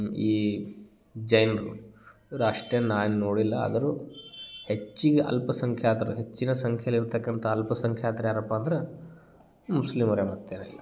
ಈ ಜೈನರು ಇವ್ರ ಅಷ್ಟೇನು ನಾ ಏನು ನೋಡಿಲ್ಲ ಆದರೂ ಹೆಚ್ಗಿ ಅಲ್ಪಸಂಖ್ಯಾತರು ಹೆಚ್ಚಿನ ಸಂಖ್ಯೆಯಲ್ಲಿ ಇರ್ತಕಂಥ ಅಲ್ಪಸಂಖ್ಯಾತ್ರು ಯಾರಪ್ಪ ಅಂದ್ರೆ ಮುಸ್ಲಿಮರೆ ಮತ್ತು ಯಾರಿಲ್ಲ